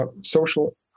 social